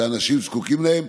לאנשים זקוקים להם,